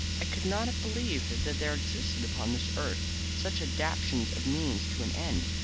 i could not have believed that there existed upon this earth such adaptation of means to an end,